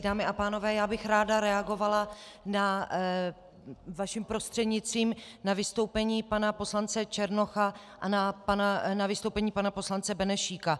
Dámy a pánové, já bych ráda reagovala, vaším prostřednictvím, na vystoupení pana poslance Černocha a na vystoupení pana poslance Benešíka.